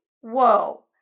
Whoa